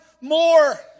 more